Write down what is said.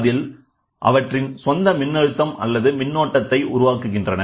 அதில் அவைஅவற்றின் சொந்த மின்னழுத்தம் அல்லது மின்னோட்டத்தை உருவாக்குகின்றன